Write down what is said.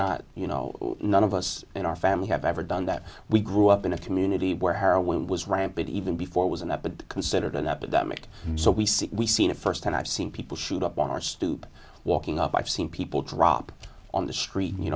not you know none of us in our family have ever done that we grew up in a community where heroin was rampant even before it was an epidemic considered an epidemic so we see we seen it firsthand i've seen people shoot up on our stoop walking up i've seen people drop on the street you